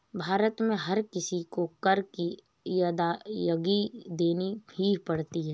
भारत में हर किसी को कर की अदायगी देनी ही पड़ती है